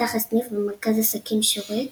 נפתח הסניף במרכז עסקים שורק